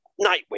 nightwing